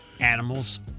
animals